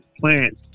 plants